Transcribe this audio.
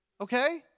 Okay